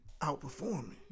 outperforming